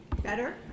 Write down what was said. Better